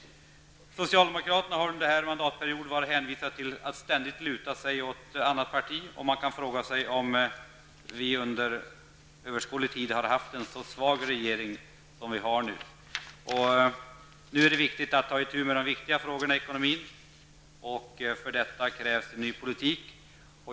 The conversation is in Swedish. Socialdemokraterna har under den här mandatperioden varit hänvisade till att ständigt luta sig mot något annat parti. Man kan fråga sig om vi under överskådlig tid har haft en så svag regering som vi nu har. Det är viktigt att ta itu med de angelägna frågorna, och för detta krävs en ny politik.